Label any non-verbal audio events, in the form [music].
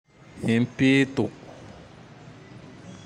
[noise] Impito! [noise]